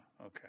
okay